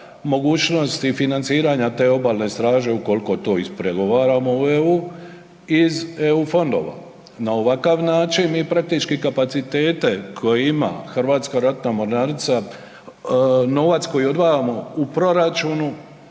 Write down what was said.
mogućnost i financiranja te obalne straže ukoliko to ispregovaramo u EU, iz EU fondova. Na ovakav način mi praktički kapacitete koje ima HRM, novac koji odvajamo u proračunu